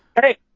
Hey